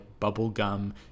bubblegum